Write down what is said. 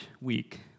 week